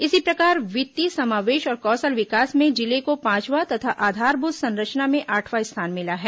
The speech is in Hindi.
इसी प्रकार वित्तीय समावेश और कौशल विकास में जिले को पांचवां तथा आधारभूत संरचना में आठवां स्थान मिला है